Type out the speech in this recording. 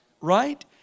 Right